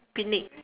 picnic